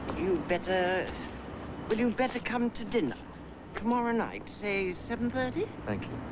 you better well you'd better come to dinner tomorrow night say seven thirty. thank